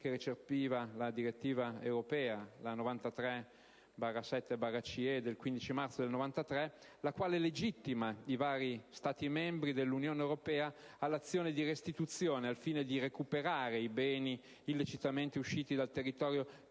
che recepisce la direttiva 93/7/CEE del 15 marzo 1993, la quale legittima i vari Stati membri dell'Unione europea all'azione di restituzione, al fine di recuperare i beni illecitamente usciti dal territorio